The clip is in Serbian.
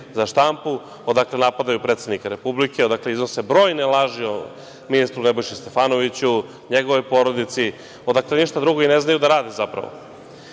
za štampu, odakle napadaju predsednika republike. Dakle, iznose brojne laži o ministru Nebojši Stefanoviću, njegovoj porodici, dakle ništa drugo i ne znaju da rade zapravo. Suština